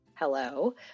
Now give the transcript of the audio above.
Hello